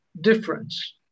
difference